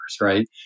right